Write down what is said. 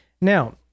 Now